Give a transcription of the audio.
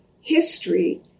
history